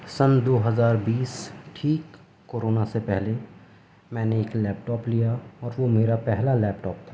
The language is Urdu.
سن دو ہزار بیس ٹھیک کورونا سے پہلے میں نے ایک لیپٹاپ لیا اور وہ میرا پہلا لیپٹاپ تھا